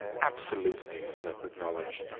absolutely, philip acknowledged,